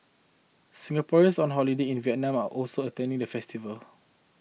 Singaporeans on holiday in Vietnam are also attended the festival